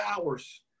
hours